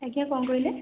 ଆଜ୍ଞା କ'ଣ କହିଲେ